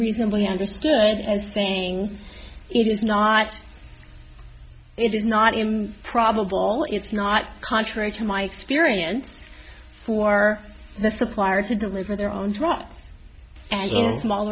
reasonably understood as saying it is not it is not probable it's not contrary to my experience for the supplier to deliver their own strong and small